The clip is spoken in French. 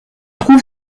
trouve